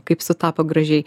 kaip sutapo gražiai